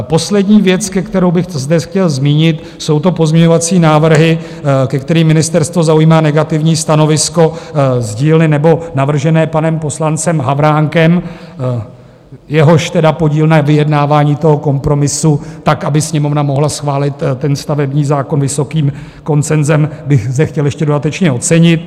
Poslední věc, kterou bych zde chtěl zmínit jsou to pozměňovací návrhy, ke kterým ministerstvo zaujímá negativní stanovisko z dílny nebo navržené panem poslancem Havránkem, jehož tedy podíl na vyjednávání toho kompromisu, tak, aby Sněmovna mohla schválit ten stavební zákon vysokým konsenzem, bych zde chtěl ještě dodatečně ocenit.